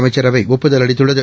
அமைச்சரவை ஒப்புதல் அளித்துள்ளது